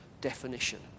definition